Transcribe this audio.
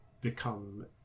become